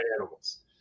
animals